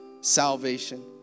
salvation